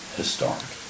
historic